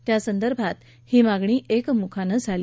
त्या संदर्भात ही मागणी एकमुखानं झाली